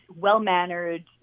well-mannered